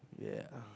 yeah